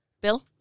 Bill